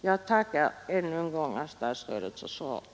Jag tackar ännu en gång herr statsrådet för svaret.